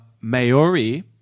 Maori